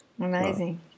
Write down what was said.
Amazing